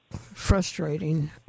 frustrating